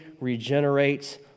regenerates